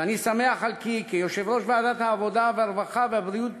ואני שמח שכיושב-ראש ועדת העבודה, הרווחה והבריאות